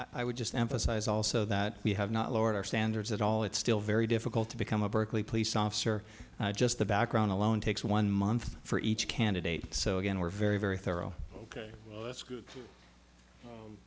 i would just emphasize also that we have not lowered our standards at all it's still very difficult to become a berkeley police officer just the background alone takes one month for each candidate so again we're very very thorough ok well that's good